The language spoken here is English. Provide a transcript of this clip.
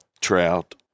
trout